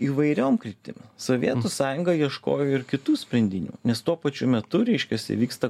įvairiom kryptim sovietų sąjunga ieškojo ir kitų sprendinių nes tuo pačiu metu reiškiasi vyksta